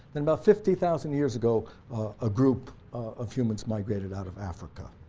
then about fifty thousand years ago a group of humans migrated out of africa.